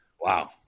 Wow